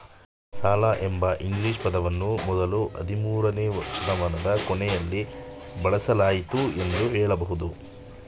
ಸಾಲ ಎಂಬ ಇಂಗ್ಲಿಷ್ ಪದವನ್ನ ಮೊದ್ಲು ಹದಿಮೂರುನೇ ಶತಮಾನದ ಕೊನೆಯಲ್ಲಿ ಬಳಸಲಾಯಿತು ಎಂದು ಹೇಳಬಹುದು